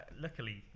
luckily